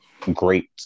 great